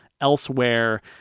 Elsewhere